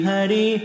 Hari